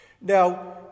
Now